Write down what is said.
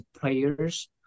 players